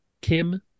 Kim